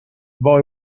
boy